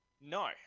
No